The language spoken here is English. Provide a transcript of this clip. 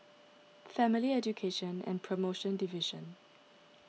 Family Education and Promotion Division